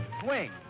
Swing